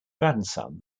grandson